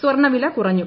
സ്വർണ്ണവില കുറഞ്ഞു